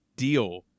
Deal